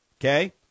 okay